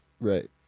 Right